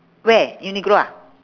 where uniqlo ah